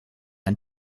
ein